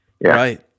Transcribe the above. Right